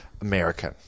American